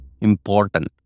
important